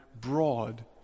broad